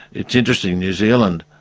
it's interesting, new zealand,